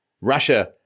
Russia